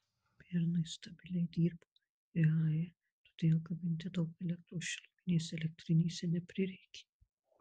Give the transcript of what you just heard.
pernai stabiliai dirbo iae todėl gaminti daug elektros šiluminėse elektrinėse neprireikė